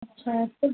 अच्छा तो